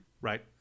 right